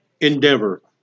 endeavor